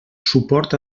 suport